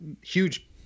huge